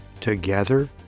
together